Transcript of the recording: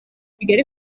kigali